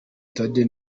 tardy